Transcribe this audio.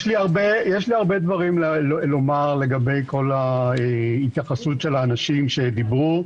יש לי הרבה דברים לומר לגבי כל ההתייחסות של האנשים שדיברו.